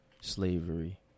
slavery